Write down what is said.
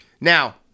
Now